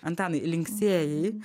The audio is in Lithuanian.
antanai linksėjai